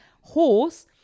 horse